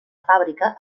fàbrica